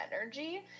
energy